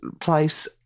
place